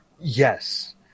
yes